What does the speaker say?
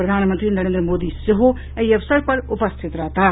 प्रधानमंत्री नरेन्द्र मोदी सेहो एहि अवसर पर उपस्थित रहताह